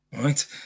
right